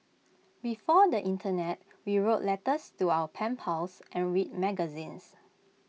before the Internet we wrote letters to our pen pals and read magazines